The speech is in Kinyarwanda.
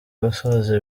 gusoza